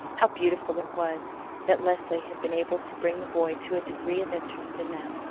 how beautiful it was that leslie had been able to bring the boy to a degree of interest in that!